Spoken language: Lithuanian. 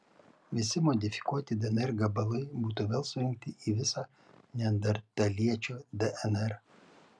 visi modifikuoti dnr gabalai būtų vėl surinkti į visą neandertaliečio dnr